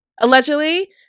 allegedly